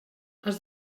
els